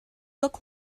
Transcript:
look